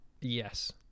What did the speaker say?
Yes